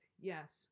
Yes